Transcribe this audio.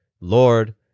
Lord